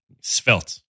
svelte